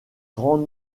grand